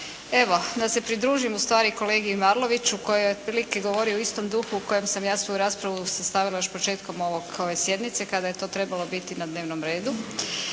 Evo, da se pridružim ustvari kolegi Arloviću koji je otprilike govorio u istom duhu u kojem sam ja svoju raspravu sastavila još početkom ove sjednice kada je to trebalo biti na dnevnom redu.